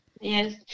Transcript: yes